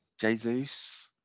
Jesus